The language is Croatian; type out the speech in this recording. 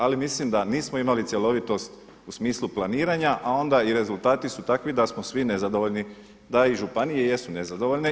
Ali mislim da nismo imali cjelovitost u smislu planiranja a onda i rezultati su takvi da su svi nezadovoljni, da i županije jesu nezadovoljne.